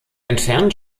entfernt